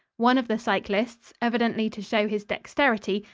one of the cyclists, evidently to show his dexterity,